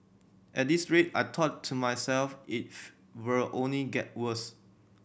at this rate I thought to myself if will only get worse